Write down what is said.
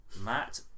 Matt